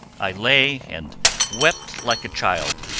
i lay and wept like a child.